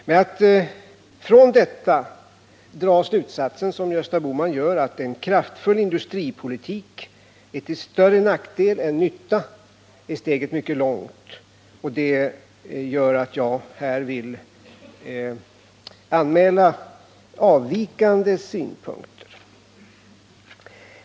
Men till att, som Gösta Bohman gör, av detta dra slutsatsen att en kraftfull industripolitik är till större nackdel än nytta är steget mycket långt. På den punkten vill jag anmäla avvikande synpunkter.